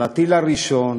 על הטיל הראשון,